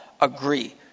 agree